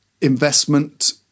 investment